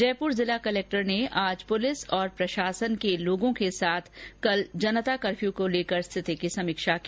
जयपुर जिला कलेक्टर ने आज पुलिस और प्रशासन के लोगों के साथ कल जनता कफ़र्यू को लेकर सिथति की समीक्षा की